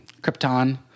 Krypton